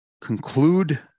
conclude